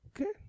Okay